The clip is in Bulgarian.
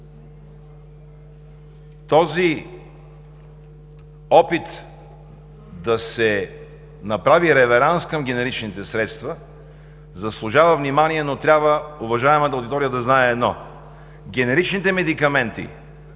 този опит да се направи реверанс към генеричните средства заслужава внимание, но трябва уважаемата аудитория да знае едно: генеричните медикаменти